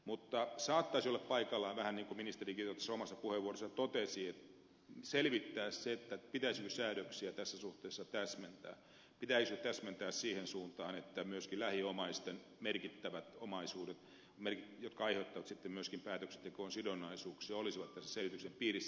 mutta saattaisi olla paikallaan vähän niin kuin ministerikin omassa puheenvuorossaan totesi selvittää sitä pitäisikö säädöksiä tässä suhteessa täsmentää pitäisikö täsmentää siihen suuntaan että myöskin lähiomaisten merkittävät omaisuudet jotka aiheuttavat sitten myöskin päätöksentekoon sidonnaisuuksia olisivat tässä selvityksen piirissä